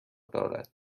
دارد